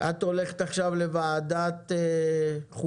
את הולכת עכשיו לוועדת החוקה